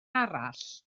arall